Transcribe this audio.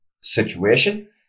situation